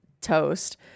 Toast